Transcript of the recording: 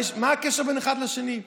מה הקשר בין אחד לשני?